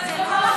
אבל זה לא,